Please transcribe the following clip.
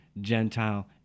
Gentile